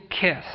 kiss